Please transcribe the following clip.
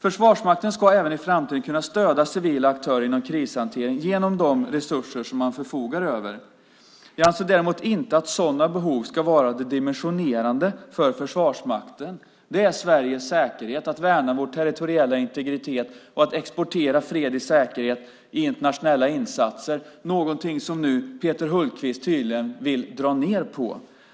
Försvarsmakten ska även i framtiden kunna stödja civila aktörer inom krishantering genom de resurser man förfogar över. Jag anser däremot inte att sådana behov ska vara det dimensionerande för Försvarsmakten. Det är Sveriges säkerhet, att värna vår territoriella integritet och att exportera fred och säkerhet i internationella insatser - något som Peter Hultqvist tydligen vill dra ned på.